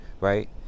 right